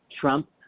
Trump